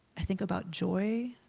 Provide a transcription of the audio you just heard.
i think about joy.